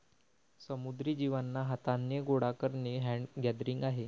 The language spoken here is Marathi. समुद्री जीवांना हाथाने गोडा करणे हैंड गैदरिंग आहे